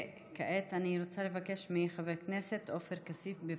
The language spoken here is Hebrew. כעת אני רוצה לבקש מחבר הכנסת עופר כסיף, בבקשה.